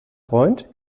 freund